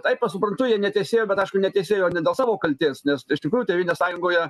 taip suprantu jie netesėjo bet aišku netesėjo ne dėl savo kaltės nes iš tikrųjų tėvynės sąjungoje